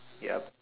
yup